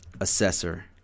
assessor